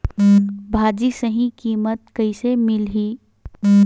भाजी सही कीमत कइसे मिलही?